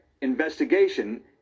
investigation